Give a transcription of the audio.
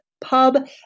pub